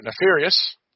Nefarious